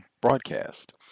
broadcast